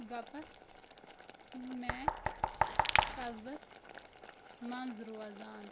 گَپَس میں قصبَس منٛز روزان